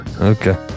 Okay